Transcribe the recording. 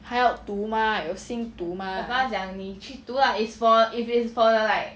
他要读吗有心读吗